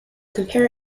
compare